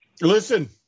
Listen